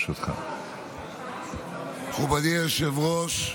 אדוני היושב-ראש,